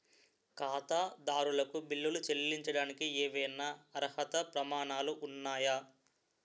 ఖాతాదారులకు బిల్లులు చెల్లించడానికి ఏవైనా అర్హత ప్రమాణాలు ఉన్నాయా?